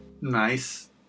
nice